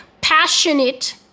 passionate